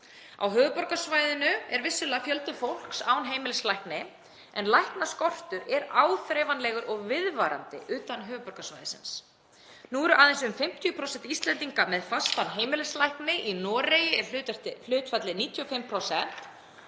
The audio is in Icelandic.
Á höfuðborgarsvæðinu er vissulega fjöldi fólks án heimilislæknis en læknaskortur er áþreifanlegur og viðvarandi utan höfuðborgarsvæðisins. Nú eru aðeins um 50% Íslendinga með fastan heimilislækni. Í Noregi er hlutfallið 95%,